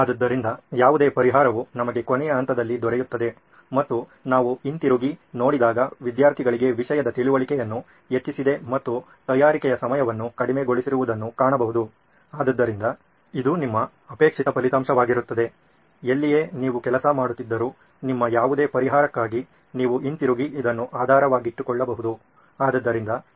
ಅದ್ದರಿಂದ ಯಾವುದೇ ಪರಿಹಾರವು ನಿಮಗೆ ಕೊನೆಯ ಹಂತದಲ್ಲಿ ದೊರೆಯುತ್ತದೆ ಮತ್ತು ನಾವು ಹಿಂತಿರುಗಿ ನೋಡಿದಾಗ ವಿದ್ಯಾರ್ಥಿಗಳಿಗೆ ವಿಷಯದ ತಿಳುವಳಿಕೆಯನ್ನು ಹೆಚ್ಚಿಸಿದೆ ಮತ್ತು ತಯಾರಿಕೆಯ ಸಮಯವನ್ನು ಕಡಿಮೆಗೊಳಿಸಿರುವುದನ್ನು ಕಾಣಬಹುದು ಆದ್ದರಿಂದ ಇದು ನಿಮ್ಮ ಅಪೇಕ್ಷಿತ ಫಲಿತಾಂಶವಾಗಿರುತ್ತದೆ ಎಲ್ಲಿಯೇ ನೀವು ಕೆಲಸ ಮಾಡುತ್ತಿದ್ದರು ನಿಮ್ಮ ಯಾವುದೇ ಪರಿಹಾರಕ್ಕಾಗಿ ನೀವು ಹಿಂತಿರುಗಿ ಇದನ್ನು ಆಧಾರವಾಗಿಟ್ಟುಕೊಳ್ಳಬಹುದು